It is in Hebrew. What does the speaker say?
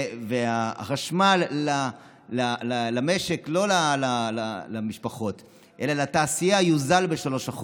והחשמל למשק, לא למשפחות אלא לתעשייה, יוזל ב-3%.